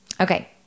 Okay